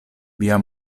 via